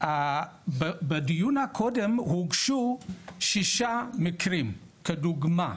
בדיון הקודם, הוגשו שישה מקרים כדוגמא,